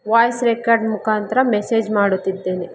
voice record ಮುಖಾಂತರ message ಮಾಡುತ್ತಿದ್ದೇನೆ